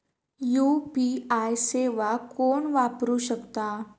UPI सेवा कोण वापरू शकता?